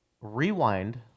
rewind